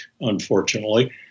unfortunately